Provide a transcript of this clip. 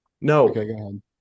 No